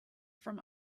from